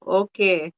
okay